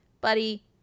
Buddy